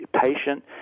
patient